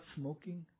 smoking